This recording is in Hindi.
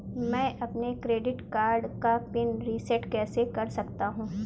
मैं अपने क्रेडिट कार्ड का पिन रिसेट कैसे कर सकता हूँ?